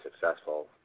successful